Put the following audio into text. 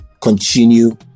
continue